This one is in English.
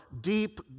deep